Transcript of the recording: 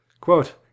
Quote